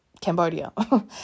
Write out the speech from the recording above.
Cambodia